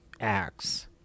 acts